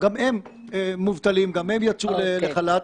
שגם הם מובטלים וגם יצאו לחל"ת,